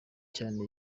cyane